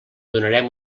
donarem